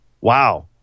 Wow